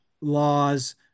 laws